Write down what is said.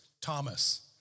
Thomas